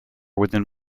within